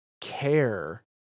care